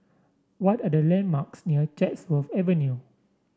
what are the landmarks near Chatsworth Avenue